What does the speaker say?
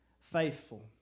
faithful